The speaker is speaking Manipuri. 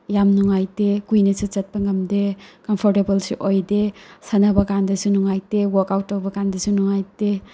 ꯌꯥꯝ ꯅꯨꯡꯉꯥꯏꯇꯦ ꯀꯨꯏꯅꯁꯨ ꯆꯠꯄ ꯉꯝꯗꯦ ꯀꯝꯐꯔꯇꯦꯕꯜꯁꯨ ꯑꯣꯏꯗꯦ ꯁꯥꯟꯅꯕ ꯀꯟꯗꯁꯨ ꯅꯨꯡꯉꯥꯏꯇꯦ ꯋꯥꯔꯀꯥꯎꯠ ꯇꯧꯕꯀꯟꯗꯁꯨ ꯅꯨꯡꯉꯥꯏꯇꯦ